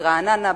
ברעננה,